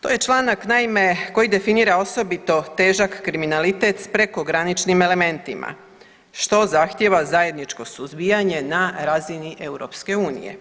To je članak, naime, koji definira osobito težak kriminalitet s prekograničnim elementima, što zahtijeva zajedničko suzbijanje na razini EU.